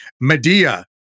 Medea